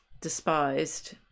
despised